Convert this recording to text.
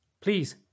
Please